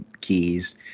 keys